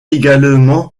également